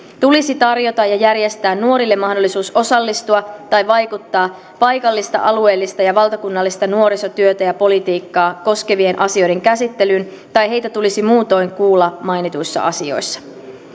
tulisi tarjota ja järjestää nuorille mahdollisuus osallistua tai vaikuttaa paikallista alueellista ja valtakunnallista nuorisotyötä ja politiikkaa koskevien asioiden käsittelyyn tai heitä tulisi muutoin kuulla mainituissa asioissa